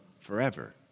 forever